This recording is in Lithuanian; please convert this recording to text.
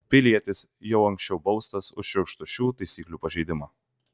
pilietis jau anksčiau baustas už šiurkštų šių taisyklių pažeidimą